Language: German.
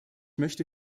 möchte